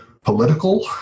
political